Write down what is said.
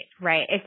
right